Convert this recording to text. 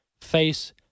face